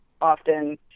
often